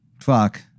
fuck